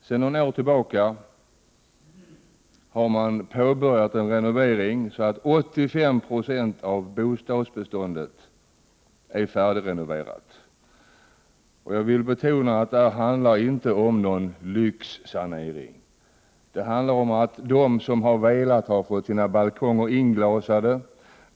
Sedan några år tillbaka pågår där en renovering, och 85 96 av bostadsbeståndet är färdigrenoverat. Jag vill betona att det inte handlar om någon lyxsanering. De som har velat har fått sina balkonger inglasade.